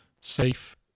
Safe